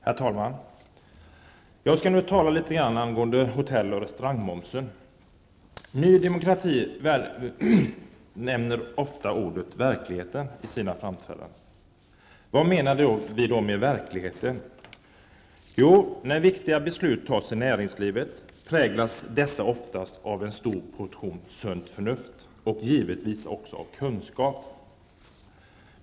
Herr talman! Jag skall nu tala litet grand om hotelloch restaurangmomsen. Ny Demokrati nämner ofta ordet verkligheten i sina framträdanden. Vad menar vi då med verkligheten? När viktiga beslut fattas i näringslivet präglas dessa ofta av en stor portion sunt förnuft och givetvis också av kunskap.